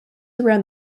around